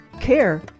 care